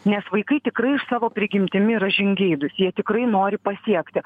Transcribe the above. nes vaikai tikrai savo prigimtimi yra žingeidūs jie tikrai nori pasiekti